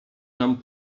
nam